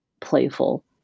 playful